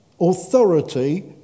authority